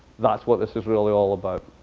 that's what this is really all about.